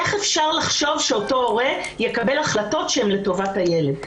איך אפשר לחשוב שאותו הורה יקבל החלטות שהן לטובת הילד?